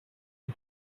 the